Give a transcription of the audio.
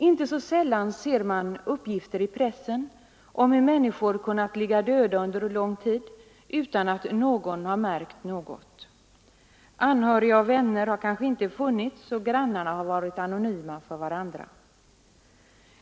Inte så sällan Ser sman uppgifter i pressen om Hur människor Torsdagen den kunnat ligga döda under lång tid utan att någon har märkt något. 16 maj 1974 Anhöriga och vänner har kanske inte funnits, och grannarna har varit anonyma för varandra.